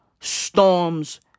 storms